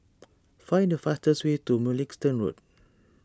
find the fastest way to Mugliston Road